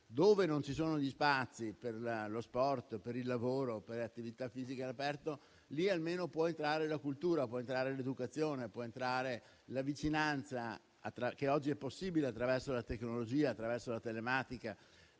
Dove non ci sono gli spazi per lo sport, per il lavoro e per l'attività fisica all'aperto, può almeno entrare la cultura, può entrare l'educazione, può entrare la vicinanza, che oggi è possibile attraverso la tecnologia e attraverso la telematica,